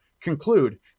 conclude